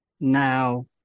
Now